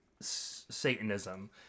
Satanism